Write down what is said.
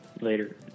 Later